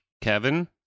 Kevin